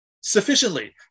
sufficiently